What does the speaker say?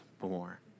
more